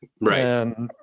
Right